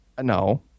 No